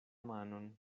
manon